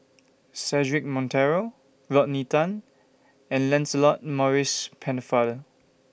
Cedric Monteiro Rodney Tan and Lancelot Maurice Pennefather